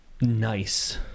nice